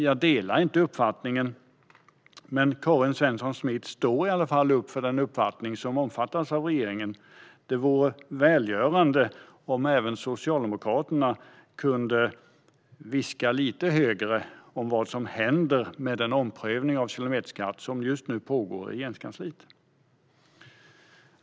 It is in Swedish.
Jag delar inte hennes uppfattning, men hon står i alla fall upp för den uppfattning som omfattas av regeringen. Det vore välgörande om även Socialdemokraterna kunde viska lite högre om vad som händer med den omprövning av kilometerskatten som just nu pågår i Regeringskansliet.